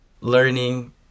learning